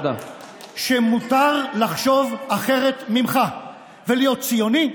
שמותר לחשוב אחרת ממך ולהיות ציוני,